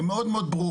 הן מאוד ברורות,